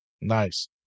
Nice